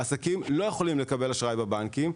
העסקים לא יכולים לקבל אשראי בבנקים.